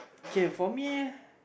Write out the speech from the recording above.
okay for me